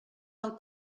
del